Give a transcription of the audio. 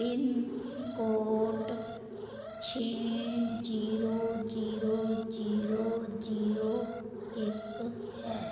pin code ਛੇ zero zero zero zero ਇੱਕ ਹੈ